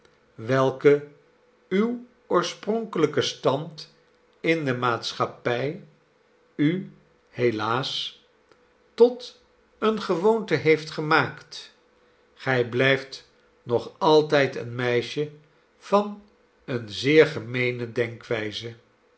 welke uw oorspronkelijke stand in de maatschappij u helaasltot eene gewoonte heeft gemaakt gij blijft nog altijd een meisje van eene zeer gemeene